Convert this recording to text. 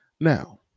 Now